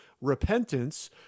repentance